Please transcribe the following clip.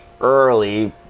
early